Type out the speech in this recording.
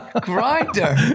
grinder